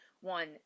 one